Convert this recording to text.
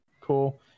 cool